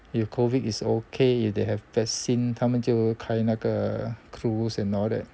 if COVID is okay if they have vaccine 他们就开那个 cruise and all that